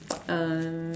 um